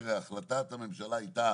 החלטת הממשלה הייתה